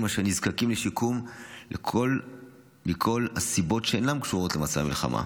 אשר נזקקים לשיקום מכל הסיבות שאינן קשורות למצב המלחמה.